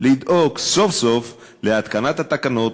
סוף-סוף להתקנת התקנות,